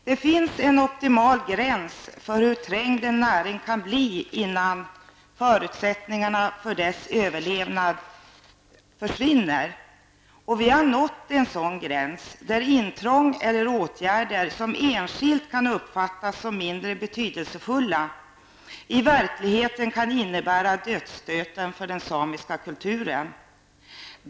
Det finns en optimal gräns för hur trängd en näring kan bli innan förutsättningarna för dess överlevnad försvinner. Vi har nått en sådan gräns där intrång eller åtgärder, som enskilt kan uppfattas som mindre betydelsefulla, i verkligheten kan innebära dödsstöten för den samiska kulturen.